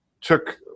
took